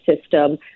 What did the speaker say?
system